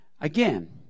Again